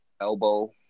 elbow